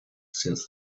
since